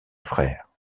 frère